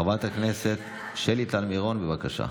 חברת הכנסת שלי טל מירון, בבקשה.